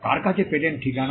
কার কাছে পেটেন্ট ঠিকানা